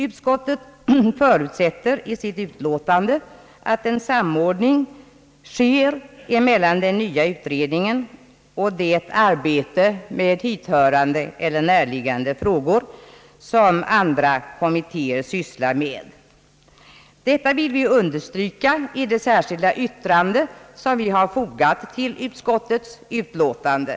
Utskottet förutsätter i sitt utlåiande att en samordning sker mellan den nya utredningen och det arbete med dithörande eller närliggande frågor som bedrivs av andra kommittéer. Denna uppfattning har vi velat undersiryka i det särskilda yttrande som vi fogat till utskottets utlåtande.